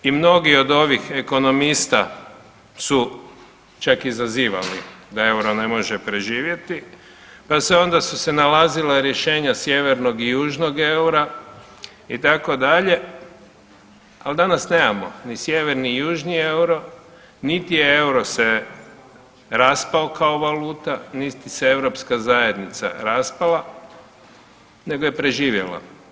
I mnogi od ovih ekonomista su čak i zazivali da EUR-o ne može preživjeti pa se onda su se nalazila rješenja sjevernog i južnog EUR-a itd., ali danas nemamo ni sjeverni ni južni EUR-o, niti je EUR-o se raspao kao valuta, niti se europska zajednica raspala, nego je preživjela.